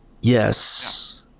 yes